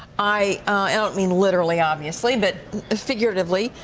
i i don't mean literally, obviously, but figuratively.